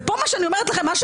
יש פה דבר שמפריע.